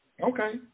okay